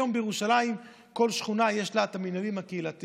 היום בירושלים כל שכונה יש לה את המינהל הקהילתי,